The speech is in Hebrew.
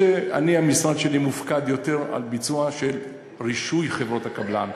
המשרד שלי מופקד יותר על ביצוע של רישוי חברות הקבלן,